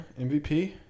MVP